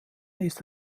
ist